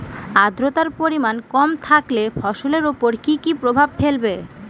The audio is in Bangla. আদ্রর্তার পরিমান কম থাকলে ফসলের উপর কি কি প্রভাব ফেলবে?